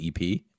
EP